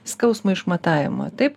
skausmo išmatavimo taip